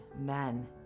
Men